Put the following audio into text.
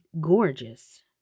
gorgeous